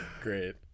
Great